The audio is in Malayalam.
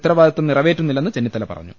ഉത്തരവാദിത്വം നിറവേറ്റുന്നില്ലെന്ന് ചെന്നിത്തല പറഞ്ഞു